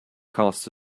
cast